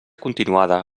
continuada